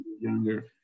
younger